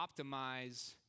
optimize